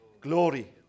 glory